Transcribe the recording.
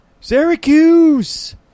Syracuse